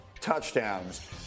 Touchdowns